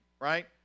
right